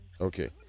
Okay